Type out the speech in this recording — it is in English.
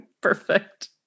Perfect